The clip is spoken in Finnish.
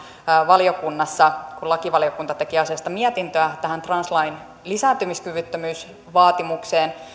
valiokunnassa kun lakivaliokunta teki asiasta mietintöä translain lisääntymiskyvyttömyysvaatimukseen